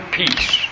peace